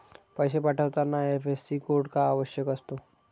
पैसे पाठवताना IFSC code का आवश्यक असतो?